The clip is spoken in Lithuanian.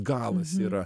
galas yra